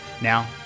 Now